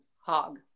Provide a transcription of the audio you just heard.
hog